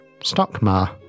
Stockmar